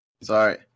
Sorry